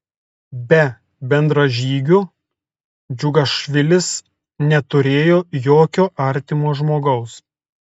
be bendražygių džiugašvilis neturėjo jokio artimo žmogaus